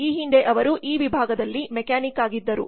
ಈ ಹಿಂದೆ ಅವರು ಈ ವಿಭಾಗದಲ್ಲಿ ಮೆಕ್ಯಾನಿಕ್ ಆಗಿದ್ದರು